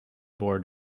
bored